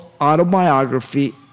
autobiography